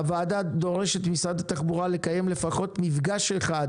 הוועדה דורשת ממשרד התחבורה לקיים לפחות מפגש אחד